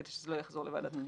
כדי שזה לא יחזור לוועדת החינוך.